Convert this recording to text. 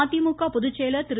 மதிமுக பொதுச்செயலர் திரு